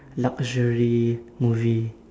luxury movie